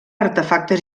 artefactes